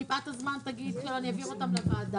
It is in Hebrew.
אך מפאת היעדר הזמן אולי תגיד שאני אעביר אותם לוועדה.